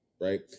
right